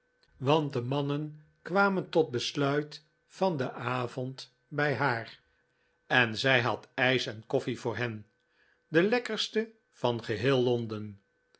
want de mannen kwamen tot besluit van den avond bij haar en zij had ijs en koffie voor hen de lekkerste van geheel londen